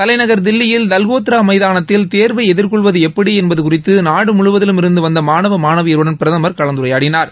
தலைநகர் தில்லியில் தல்கோத்ரா மைதானத்தில் தேர்வை எதிர்கொள்வது எப்படி என்பது குறித்து நாடு முழுவதிலும் இருந்து வந்த மாணவ மாணவியருடன் பிரதமர் கலந்துரையாடி வருகிறார்